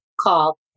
call